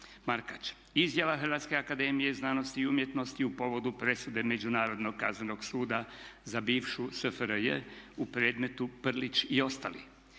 Markač. Izjava Hrvatske akademije znanosti i umjetnosti u povodu presude Međunarodnog kaznenog suda za bivšu SFRJ u predmetu Prlić i ostali.